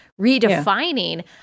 redefining